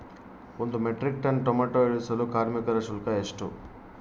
ಒಂದು metric ton tomato ಇಳಿಸಲು ಕಾರ್ಮಿಕರ ಶುಲ್ಕ ಎಷ್ಟು?